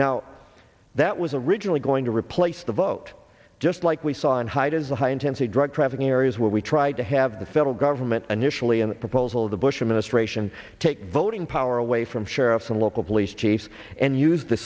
now that was originally going to replace the vote just like we saw in haydn's the high intensity drug trafficking areas where we tried to have the federal government initially in the proposal of the bush administration take voting power away from sheriffs and local police chiefs and use the